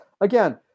again